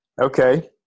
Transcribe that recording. Okay